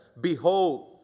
behold